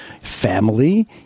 family